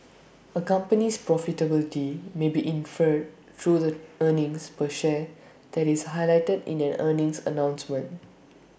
A company's profitability may be inferred through the earnings per share that is highlighted in an earnings announcement